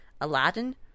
Aladdin